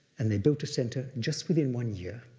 and they built a center just within one year.